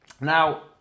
Now